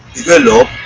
develop,